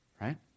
right